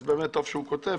אז באמת טוב שהוא כותב,